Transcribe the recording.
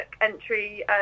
entry